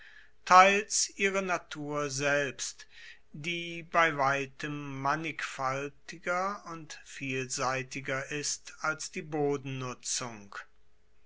teils ihre natur selbst die bei weitem mannigfaltiger und vielseitiger ist als die